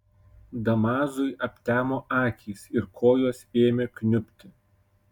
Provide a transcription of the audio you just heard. damazui aptemo akys ir kojos ėmė kniubti